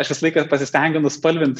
aš visą laiką pasistengiu nuspalvint